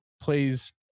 plays